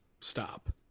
stop